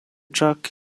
jack